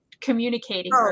communicating